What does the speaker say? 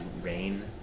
rain